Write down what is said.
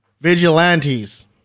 Vigilantes